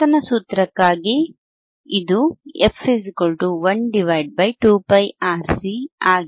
ಆವರ್ತನ ಸೂತ್ರಕ್ಕಾಗಿ ಇದು f 1 2πRC ಆಗಿದೆ